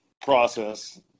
process